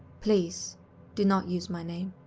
please do not use my name.